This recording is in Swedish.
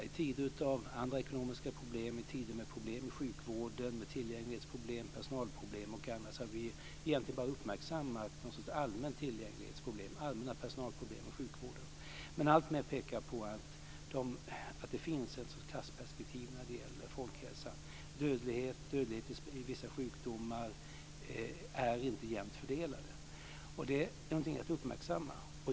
I tider med andra ekonomiska problem, problem med sjukvården, tillgänglighetsproblem, personalproblem och annat har vi egentligen bara uppmärksammat någon sorts allmänna tillgänglighetsproblem och allmänna personalproblem i sjukvården. Men alltmer pekar på att det finns ett klassperspektiv när det gäller folkhälsa. Dödligheten i vissa sjukdomar är inte jämnt fördelad. Detta är någonting att uppmärksamma.